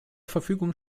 verfügung